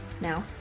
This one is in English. now